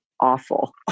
awful